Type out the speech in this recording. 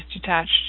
detached